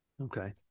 Okay